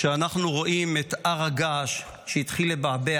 כשאנחנו רואים את הר הגעש שהתחיל לבעבע